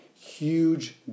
huge